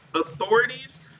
authorities